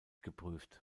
geprüft